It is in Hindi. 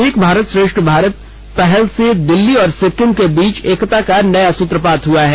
एक भारत श्रेष्ठ भारत पहल से दिल्ली और सिक्किम के बीच एकता का नया सूत्रपात हुआ है